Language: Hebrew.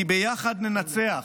כי ביחד ננצח,